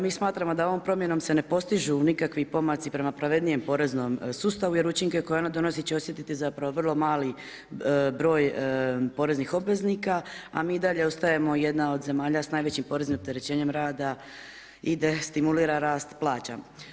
Mi smatramo da ovom promjenom se ne postižu nikakvi pomaci prema pravednijem poreznom sustavu jer učinke koje ono donosi će osjetiti zapravo vrlo mali broj poreznih obveznika, a mi i dalje ostajemo jedna od zemalja s najvećim poreznim opterećenjem rada i da stimulira rast plaća.